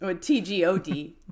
T-G-O-D